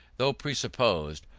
though presupposed,